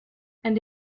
and